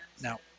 Now